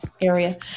area